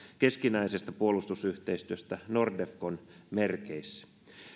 keskinäisestä puolustusyhteistyötä nordefcon merkissä